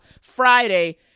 Friday